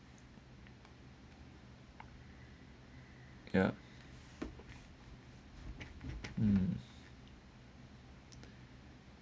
yup um